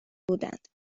بودند